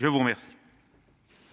La parole